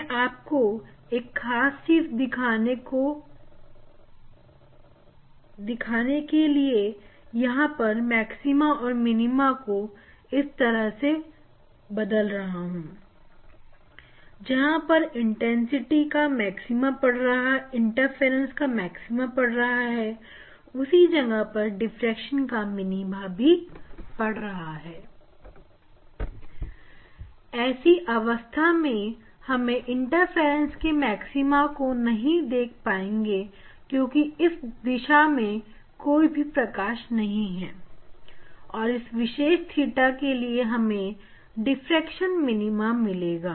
मैं यहां एक खास चीज देखने को मिलेगी कि यहां पर मैक्सिमम और मिनिमम इस तरह से बदल रहे हैं कि जहां पर इंटरफेरेंस का मैक्सिमम पड़ रहा है उसी जगह पर डिफ्रेक्शन का मिनिमम भी पड़ रहा है ऐसी अवस्था में हम इंटरफेरेंस के मैक्सिमा को नहीं देख पाएंगे क्योंकि इस दिशा में कोई भी प्रकाश नहीं है और इस विशेष theta के लिए हमें डिफ्रेक्शन मिनीमा मिलेगा